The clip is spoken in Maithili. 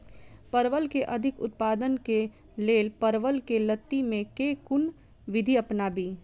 परवल केँ अधिक उत्पादन केँ लेल परवल केँ लती मे केँ कुन विधि अपनाबी?